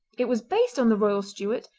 it was based on the royal stuart,